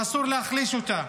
ואסור להחליש אותה.